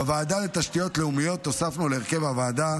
בוועדה לתשתיות לאומיות הוספנו להרכב הוועדה